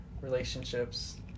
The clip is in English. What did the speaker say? relationships